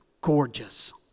gorgeous